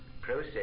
process